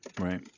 Right